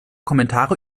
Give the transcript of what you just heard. kommentare